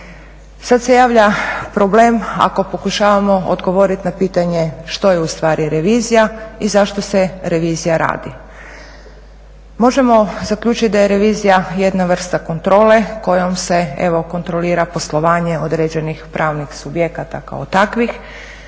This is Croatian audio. Sad se javlja problem ako pokušavamo odgovoriti na pitanje što je ustvari revizija i zašto se revizija radi? Možemo zaključiti da je revizija jedna vrsta kontrole kojom se evo kontrolira poslovanje određenih pravnih subjekata kao takvih